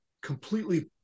completely